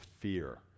fear